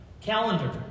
calendar